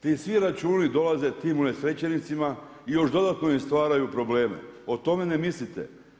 Ti svi računi dolaze tim unesrećenicima i još dodano im stvaraju probleme, o tome ne mislite.